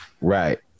Right